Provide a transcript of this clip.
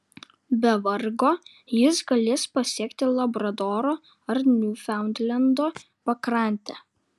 be vargo jis galės pasiekti labradoro ar niufaundlendo pakrantę